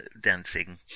dancing